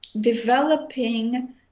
developing